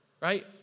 Right